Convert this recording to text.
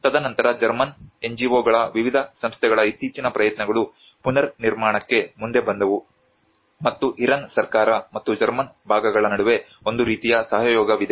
ತದನಂತರ German NGO ಗಳ ವಿವಿಧ ಸಂಸ್ಥೆಗಳ ಇತ್ತೀಚಿನ ಪ್ರಯತ್ನಗಳು ಪುನರ್ನಿರ್ಮಾಣಕ್ಕೆ ಮುಂದೆ ಬಂದವು ಮತ್ತು ಇರಾನ್ ಸರ್ಕಾರ ಮತ್ತು ಜರ್ಮನ್ ಭಾಗಗಳ ನಡುವೆ ಒಂದು ರೀತಿಯ ಸಹಯೋಗವಿದೆ